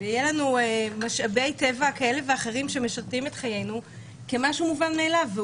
ויהיו לנו משאבי טבע כאלה ואחרים שמשרתים את חיינו כמשהו מובן מאליו,